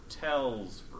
hotels